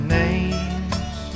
names